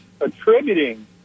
attributing